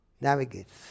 navigates